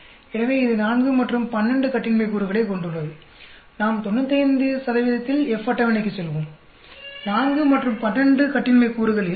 எனவே இது 4 மற்றும் 12 கட்டின்மை கூறுகளைக் கொண்டுள்ளது நாம் 99 இல் F அட்டவணைக்குச் செல்வோம் 4 மற்றும் 12 கட்டின்மை கூறுகளில் 5